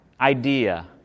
idea